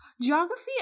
Geography